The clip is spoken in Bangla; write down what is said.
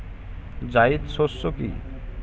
জায়িদ শস্য কি?